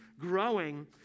growing